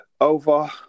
Over